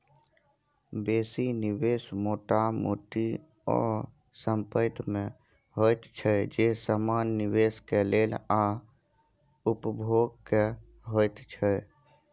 बेसी निवेश मोटा मोटी ओ संपेत में होइत छै जे समान निवेश के लेल आ उपभोग के होइत छै